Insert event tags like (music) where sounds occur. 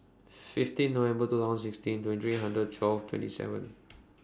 fifteen November two thousand sixteen twenty three (noise) hundred twelve twenty seven (noise)